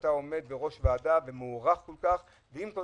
שאתה עומד בראש ועדה ומוערך כל כך ועם כל